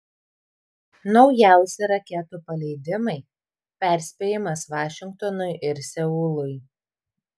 naujausi raketų paleidimai perspėjimas vašingtonui ir seului